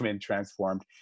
transformed